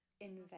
invest